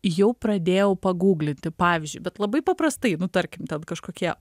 jau pradėjau pagūglinti pavyzdžiui bet labai paprastai nu tarkim ten kažkokie